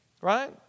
Right